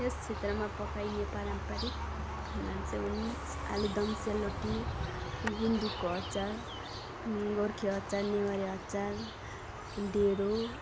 यस क्षेत्रमा पकाइने पारम्परिक खाना चाहिँ हुन् आलुदम सेलरोटी गुन्द्रुकको अचार गोर्खे अचार नेवारी अचार ढेँडो